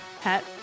Pet